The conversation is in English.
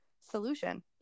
solution